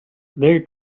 they